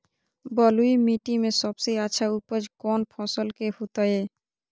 बलुई मिट्टी में सबसे अच्छा उपज कौन फसल के होतय?